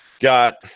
Got